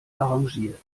arrangiert